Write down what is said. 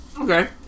Okay